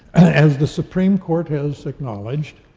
as the supreme court has acknowledged,